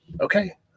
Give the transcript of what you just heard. okay